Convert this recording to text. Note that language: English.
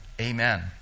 Amen